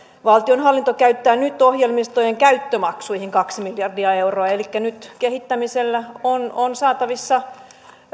valtionhallinto käyttää nyt ohjelmistojen käyttömaksuihin kaksi miljardia euroa elikkä nyt kehittämisellä on on saatavissa